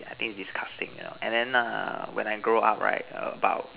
I think is disgusting you know and then err when I grow up right about